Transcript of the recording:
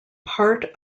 part